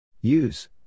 Use